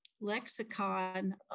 lexicon